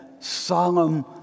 Solemn